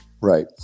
Right